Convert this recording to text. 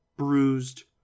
bruised